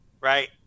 right